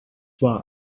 why